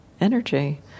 energy